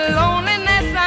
loneliness